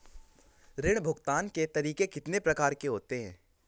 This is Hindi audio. ऋण भुगतान के तरीके कितनी प्रकार के होते हैं?